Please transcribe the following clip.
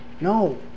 No